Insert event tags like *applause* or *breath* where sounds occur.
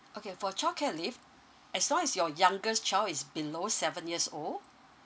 okay for childcare leave *breath* as long as your youngest child is below seven years old